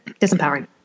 disempowering